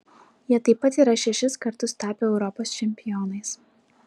jie taip pat yra šešis kartus tapę europos čempionais